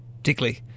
particularly